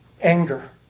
Anger